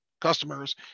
customers